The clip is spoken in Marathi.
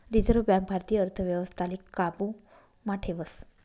रिझर्व बँक भारतीय अर्थव्यवस्थाले काबू मा ठेवस